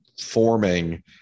forming